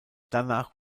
danach